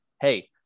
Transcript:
hey